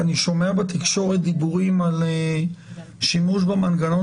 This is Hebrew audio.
אני שומע בתקשורת דיבורים על שימוש במנגנון